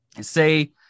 say